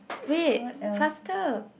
wait faster